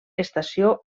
estació